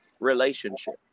relationship